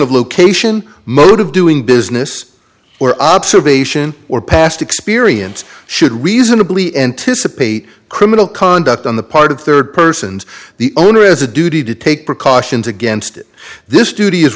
of location mode of doing business or observation or past experience should reasonably anticipate criminal conduct on the part of third persons the owner is a duty to take precautions against this duty is